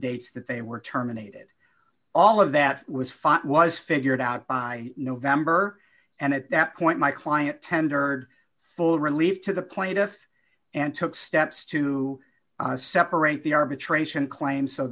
dates that they were terminated all of that was fought was figured out by november and at that point my client tender full relief to the plaintiff and took steps to separate the arbitration claim so